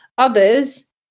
Others